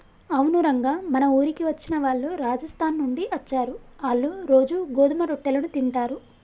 అవును రంగ మన ఊరికి వచ్చిన వాళ్ళు రాజస్థాన్ నుండి అచ్చారు, ఆళ్ళ్ళు రోజూ గోధుమ రొట్టెలను తింటారు